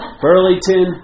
Burlington